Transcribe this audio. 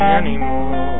anymore